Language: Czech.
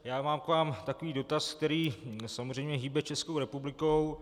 Já mám k vám takový dotaz, který samozřejmě hýbe Českou republikou.